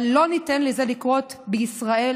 אבל לא ניתן לזה לקרות בישראל,